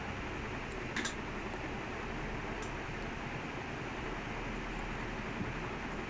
யாரா இருந்தாலும்:yaaraa irunthaalum we should watch no matter which team is playing men would கண்டிப்பா பார்ப்போம்:kandippaa paarppom